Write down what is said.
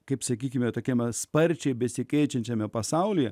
kaip sakykime tokiame sparčiai besikeičiančiame pasaulyje